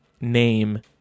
name